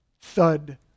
thud